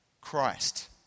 Christ